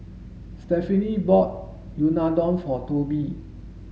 Stephenie bought Unadon for Tobie